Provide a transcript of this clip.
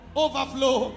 overflow